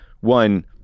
One